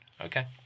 Okay